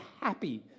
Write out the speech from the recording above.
happy